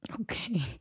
Okay